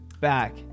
back